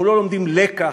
אנחנו לא לומדים לקח,